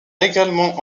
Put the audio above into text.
également